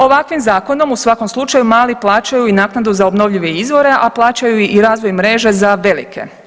Ovakvim zakonom u svakom slučaju mali plaćaju i naknadu za obnovljive izvore, a plaćaju i razvoj mreže za velike.